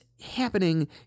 happening